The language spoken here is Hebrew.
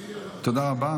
תודה רבה.